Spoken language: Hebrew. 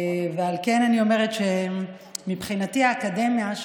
ועל כן אני אומרת שמבחינתי האקדמיה,